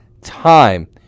time